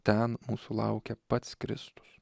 ten mūsų laukia pats kristus